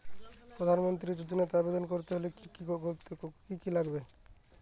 প্রধান মন্ত্রী যোজনাতে আবেদন করতে হলে কি কী লাগবে?